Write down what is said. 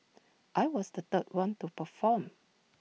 I was the third one to perform